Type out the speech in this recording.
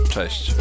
Cześć